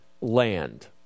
land